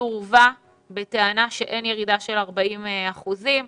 סורבה בטענה שאין ירידה של 40 אחוזים.